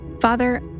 Father